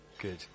Good